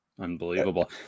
Unbelievable